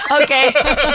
Okay